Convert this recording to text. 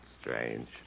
strange